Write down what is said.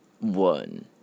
one